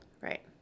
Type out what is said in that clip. Right